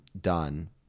done